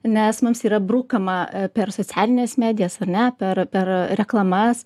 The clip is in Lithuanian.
nes mums yra brukama per socialines medijas ar ne per per reklamas